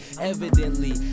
Evidently